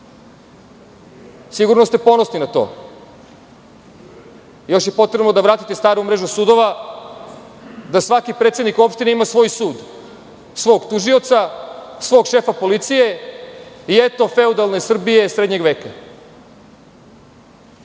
Sigurno ste ponosni na to. Još je potrebno da vratite staru mrežu sudova, da svaki predsednik opštine ima svoj sud, svog tužioca, svog šefa policije i eto feudalne Srbije, srednjeg veka.